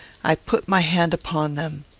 i put my hand upon them.